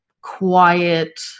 quiet